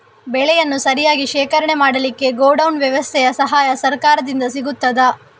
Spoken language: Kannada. ಬೆಳೆಯನ್ನು ಸರಿಯಾಗಿ ಶೇಖರಣೆ ಮಾಡಲಿಕ್ಕೆ ಗೋಡೌನ್ ವ್ಯವಸ್ಥೆಯ ಸಹಾಯ ಸರಕಾರದಿಂದ ಸಿಗುತ್ತದಾ?